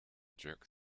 jerk